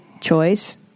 choice